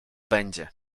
będzie